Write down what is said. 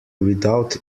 without